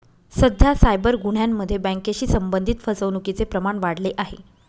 सध्या सायबर गुन्ह्यांमध्ये बँकेशी संबंधित फसवणुकीचे प्रमाण वाढले आहे